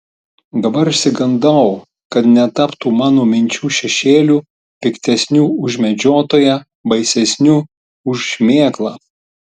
dabar išsigandau kad netaptų mano minčių šešėliu piktesniu už medžiotoją baisesniu už šmėklą